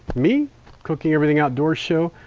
me cooking everything outdoors show.